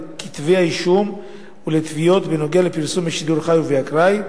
לכתבי-אישום ולתביעות בנוגע לפרסום בשידור חי ובאקראי.